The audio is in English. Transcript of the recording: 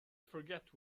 forget